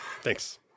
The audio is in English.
Thanks